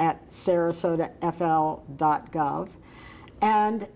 at sarasota f l dot gov and